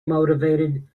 motivated